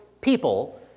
people